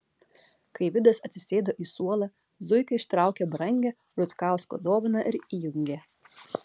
kai vidas atsisėdo į suolą zuika ištraukė brangią rutkausko dovaną ir įjungė